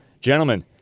Gentlemen